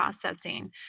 processing